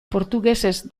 portugesez